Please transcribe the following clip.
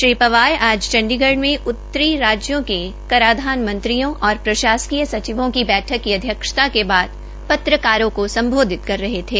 श्री पंवार आज चंडीगढ़ में उत्तरी राज्यों के कराधान मंत्रियों और प्रशासकीय सचिवों की बैठक की अध्यक्षता के बाद पत्रकारों को सम्बोधित कर रहे थे